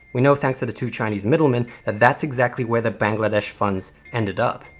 we know, thanks to the two chinese middlemen, that that's exactly where the bangladesh funds ended up.